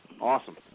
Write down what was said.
awesome